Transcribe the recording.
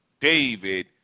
David